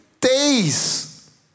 days